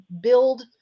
build